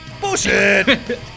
Bullshit